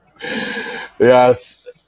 yes